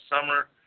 summer